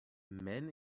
men